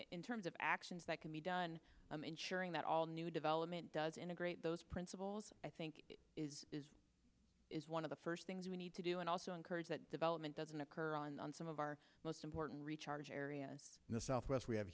in terms of actions that can be done ensuring that all new development does integrate those principles i think is one of the first things we need to do and also encourage that development doesn't occur on some of our most important recharge areas in the southwest we have